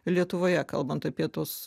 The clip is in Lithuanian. lietuvoje kalbant apie tuos